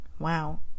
Wow